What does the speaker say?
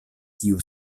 kiu